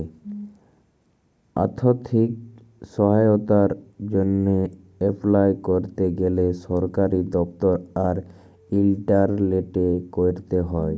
আথ্থিক সহায়তার জ্যনহে এপলাই ক্যরতে গ্যালে সরকারি দপ্তর আর ইলটারলেটে ক্যরতে হ্যয়